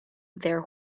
their